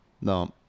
No